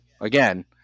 Again